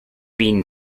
been